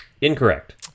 incorrect